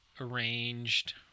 arranged